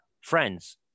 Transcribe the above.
Friends